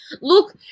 look